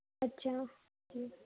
अच्छा हाँ जी